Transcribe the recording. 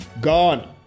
gone